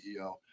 CEO